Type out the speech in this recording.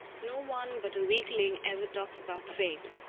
no one but a weakling ever talks about fate.